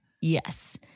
Yes